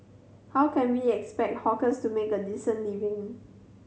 how can we expect hawkers to make a decent living